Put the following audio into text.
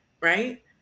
right